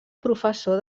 professor